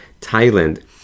Thailand